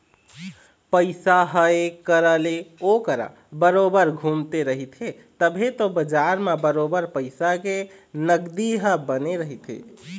पइसा ह ऐ करा ले ओ करा बरोबर घुमते रहिथे तभे तो बजार म बरोबर पइसा के नगदी ह बने रहिथे